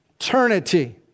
eternity